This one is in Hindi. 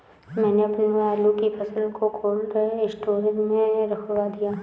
मैंने अपनी आलू की फसल को कोल्ड स्टोरेज में रखवा दिया